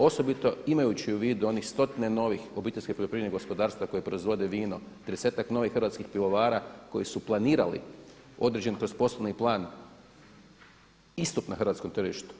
Osobito imajući u vidu onih stotine novih obiteljskih poljoprivrednih gospodarstava koja proizvode vino, tridesetak novih hrvatskih pivovara koji su planirali određen kroz poslovni plan istup na hrvatskom tržištu.